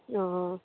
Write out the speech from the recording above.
ओ